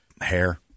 hair